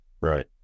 Right